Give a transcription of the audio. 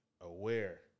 aware